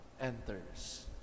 enters